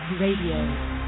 Radio